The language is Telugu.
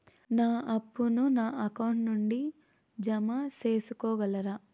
నా అప్పును నా అకౌంట్ నుండి జామ సేసుకోగలరా?